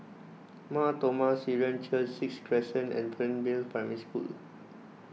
Mar Thoma Syrian Church Sixth Crescent and Fernvale Primary School